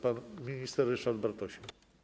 Pan minister Ryszard Bartosik.